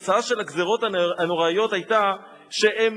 היתה שהם